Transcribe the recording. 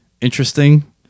interesting